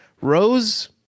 Rose